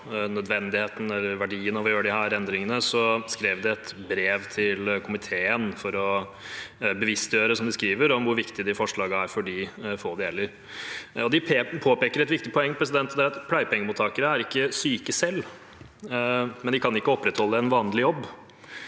verdien av å gjøre disse endringene, skrev de et brev til komiteen for å bevisstgjøre, som de skriver, om hvor viktige disse forslagene er for de få det gjelder. De påpeker et viktig poeng, og det er at pleiepengemottakere ikke er syke selv, men de kan ikke opprettholde en vanlig jobb.